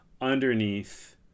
underneath